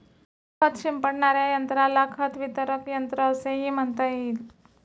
खत शिंपडणाऱ्या यंत्राला खत वितरक यंत्र असेही म्हणता येईल